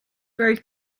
very